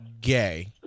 gay